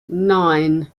nine